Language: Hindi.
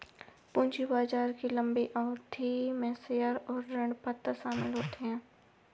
पूंजी बाजार में लम्बी अवधि में शेयर और ऋणपत्र शामिल होते है